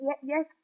Yes